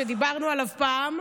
שדיברנו עליו פעם,